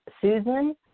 Susan